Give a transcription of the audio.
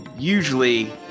Usually